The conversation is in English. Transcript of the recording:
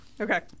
okay